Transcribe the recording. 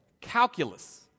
Calculus